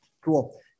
Cool